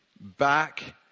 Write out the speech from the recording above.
back